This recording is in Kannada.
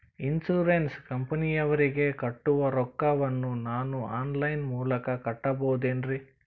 ಇನ್ಸೂರೆನ್ಸ್ ಕಂಪನಿಯವರಿಗೆ ಕಟ್ಟುವ ರೊಕ್ಕ ವನ್ನು ನಾನು ಆನ್ ಲೈನ್ ಮೂಲಕ ಕಟ್ಟಬಹುದೇನ್ರಿ?